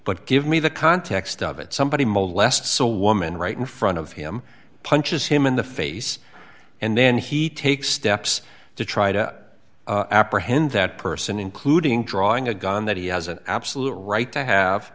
but give me the context of it somebody molestation or woman right in front of him punches him in the face and then he take steps to try to apprehend that person including drawing a gun that he has an absolute right to have